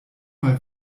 mal